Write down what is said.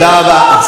תודה רבה.